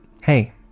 hey